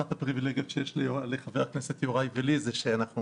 אחת הפריבילגיות שיש לחבר הכנסת יוראי ולי זה שאנחנו